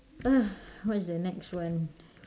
ugh what is the next one